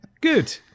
good